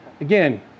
again